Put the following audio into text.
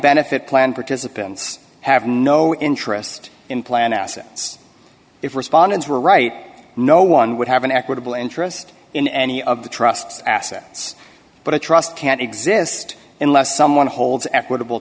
benefit plan participants have no interest in plan assets if respondents were right no one would have an equitable interest in any of the trusts assets but a trust can exist unless someone holds equitable